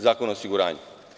Zakona o osiguranju.